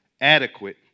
adequate